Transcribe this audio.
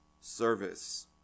service